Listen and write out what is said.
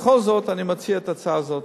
ובכל זאת אני מציע את ההצעה הזאת.